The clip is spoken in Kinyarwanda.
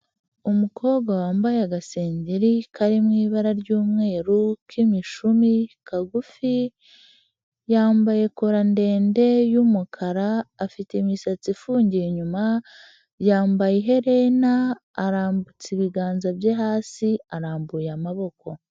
Umukobwa wambaye agaseri kari mu ibara ry'umweru, k'imishumi, kagufi, yambaye kora ndende y'umukara, afite imisatsi ifungiye inyuma, yambaye iherena, arambutsa ibiganza bye hasi, arambuye amaboko.